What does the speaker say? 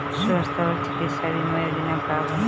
स्वस्थ और चिकित्सा बीमा योजना का बा?